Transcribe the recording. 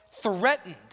threatened